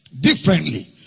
differently